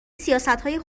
سیاستهای